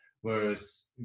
whereas